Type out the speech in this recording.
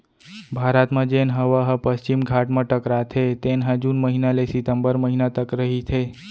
भारत म जेन हवा ह पस्चिम घाट म टकराथे तेन ह जून महिना ले सितंबर महिना तक रहिथे